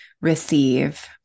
receive